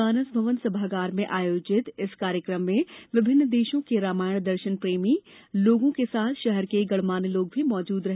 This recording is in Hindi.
मानस भवन सभागार में आयोजित इस कार्यक्रम में विभिन्न देशों के रामायण दर्शन प्रेमी लोगों के साथ शहर के गणमान्य लोग भी मौजूद रहे